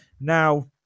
now